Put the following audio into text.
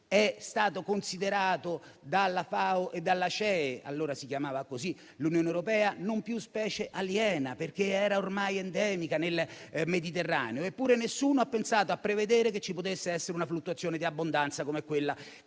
È stato Considerato dalla FAO e dalla CEE, allora l'Unione europea si chiamava così, non più specie aliena, perché era ormai endemica nel Mediterraneo. Eppure nessuno ha pensato a prevedere che ci potesse essere una fluttuazione di abbondanza come quella